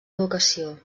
educació